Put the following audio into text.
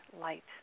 light